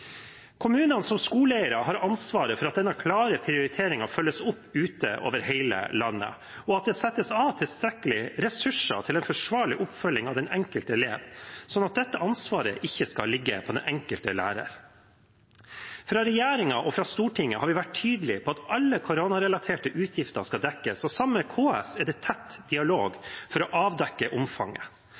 Kommunene som skoleeiere har ansvaret for at denne klare prioriteringen følges opp ute, over hele landet, og at det settes av tilstrekkelige ressurser til en forsvarlig oppfølging av den enkelte elev, slik at dette ansvaret ikke skal ligge på den enkelte lærer. Fra regjeringen og fra Stortinget har vi vært tydelige på at alle koronarelaterte utgifter skal dekkes, og det er tett dialog med KS for å avdekke omfanget.